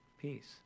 peace